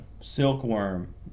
Silkworm